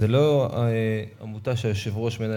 זו לא עמותה שהיושב-ראש מנהל,